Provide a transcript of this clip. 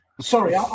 Sorry